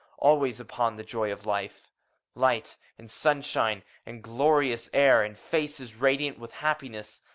always upon the joy of life light and sunshine and glorious air and faces radiant with happiness.